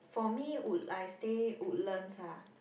for me wood~ I stay Woodlands